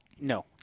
No